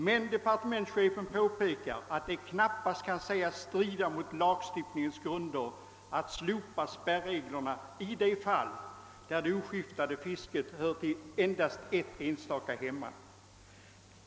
Men departementschefen påpekar att det knappast kan sägas strida mot lagstiftningens grunder att slopa spärreglerna i de fall då det oskiftade fisket hör till ett enstaka hemman.